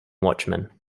watchman